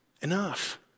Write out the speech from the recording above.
enough